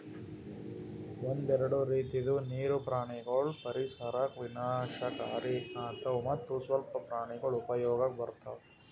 ಒಂದೆರಡು ರೀತಿದು ನೀರು ಪ್ರಾಣಿಗೊಳ್ ಪರಿಸರಕ್ ವಿನಾಶಕಾರಿ ಆತವ್ ಮತ್ತ್ ಸ್ವಲ್ಪ ಪ್ರಾಣಿಗೊಳ್ ಉಪಯೋಗಕ್ ಬರ್ತವ್